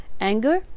anger